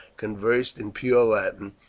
conversed in pure latin,